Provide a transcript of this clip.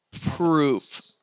Proof